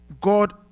God